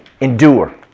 Endure